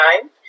time